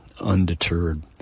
undeterred